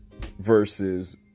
versus